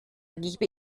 gebe